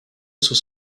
sus